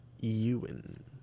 Ewan